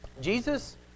Jesus